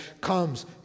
comes